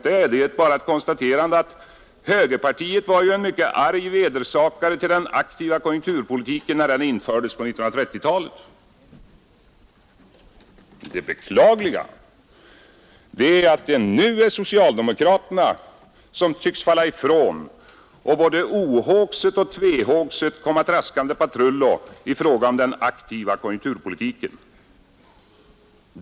Det är bara ett konstaterande av att högerpartiet var en mycket arg vedersakare till den aktiva konjunkturpolitiken när denna infördes på 1930-talet. Det beklagliga är att det nu är socialdemokraterna som tycks falla ifrån och både ohågset och tvehågset komma traskande patrullo i fråga om den aktiva konjunkturpolitiken.